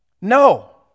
No